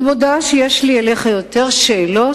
אני מודה שיש לי אליך יותר שאלות